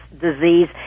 disease